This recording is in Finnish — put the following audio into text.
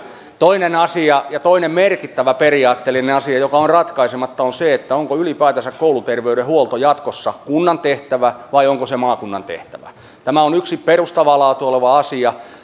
toinen asia ja toinen merkittävä periaatteellinen asia joka on ratkaisematta on se onko ylipäätänsä kouluterveydenhuolto jatkossa kunnan tehtävä vai onko se maakunnan tehtävä tämä on yksi perustavaa laatua oleva asia